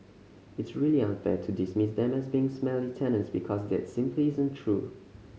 it's really unfair to dismiss them as being smelly tenants because that simply isn't true